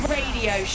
radio